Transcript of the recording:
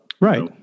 Right